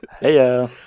Hey